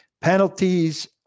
penalties